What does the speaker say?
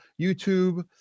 YouTube